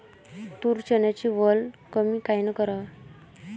तूर, चन्याची वल कमी कायनं कराव?